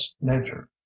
nature